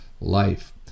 life